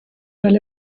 fel